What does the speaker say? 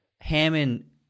Hammond